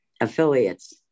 affiliates